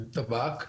טבק,